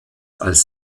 als